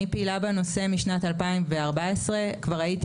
אני פעילה בנושא משנת 2014. כבר הייתי